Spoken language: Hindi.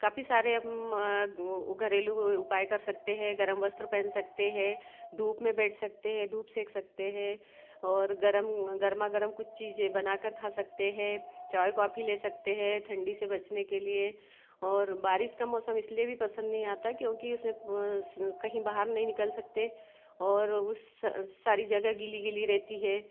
काफी सारे वो घरेलू उपाय कर सकते हैं गरम वस्त्र पहन सकते हैं धूप में बैठ सकते हैं धूप सेक सकते हैं और गरम गरमा गरम कुछ चीजें बनाकर खा सकते हैं चाय कॉफी ले सकते हैं ठंडी से बचने के लिए और बारिश का मौसम इसलिए भी पसंद नहीं आता क्योंकि उसे प कहीं बाहर नहीं निकल सकते और उस सारी जगह गीली गीली रहती है